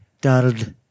Donald